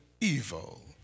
evil